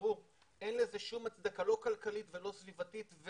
אין לזה שום הצדקה, לא כלכלית ולא סביבתית.